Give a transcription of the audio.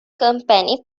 company